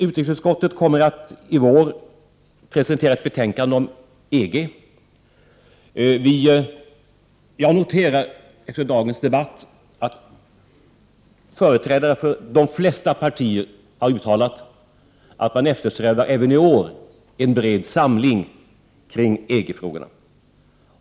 Utrikesutskottet kommer att i vår presentera ett betänkande om EG. Jag noterar från dagens debatt att företrädare för de flesta partier har uttalat att man även i år eftersträvar en bred samling kring EG-frågorna.